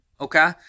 Okay